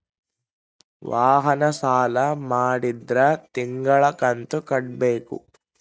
ವಾಹನ ಸಾಲ ಮಾಡಿದ್ರಾ ತಿಂಗಳ ಕಂತು ಕಟ್ಬೇಕು